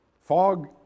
Fog